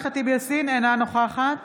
אינה נוכחת